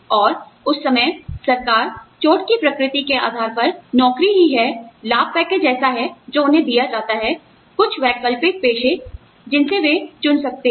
और उस समय सरकार चोट की प्रकृति के आधार पर नौकरी ही है लाभ पैकेज ऐसा है जो उन्हें दिया जाता है कुछ वैकल्पिक पेशे जिनसे वे चुन सकते हैं